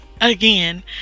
again